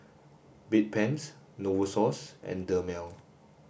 Bedpans Novosource and Dermale